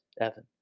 Evan